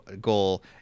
goal